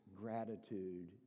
gratitude